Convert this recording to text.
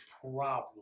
problem